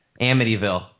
Amityville